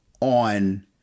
on